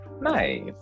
Nice